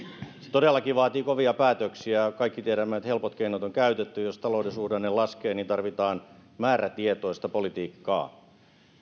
todellakin vaatii kovia päätöksiä kaikki tiedämme että helpot keinot on käytetty jos talouden suhdanne laskee niin tarvitaan määrätietoista politiikkaa